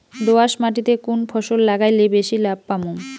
দোয়াস মাটিতে কুন ফসল লাগাইলে বেশি লাভ পামু?